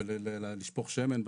לשפוך שמן בשטח?